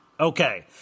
Okay